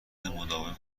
مداوم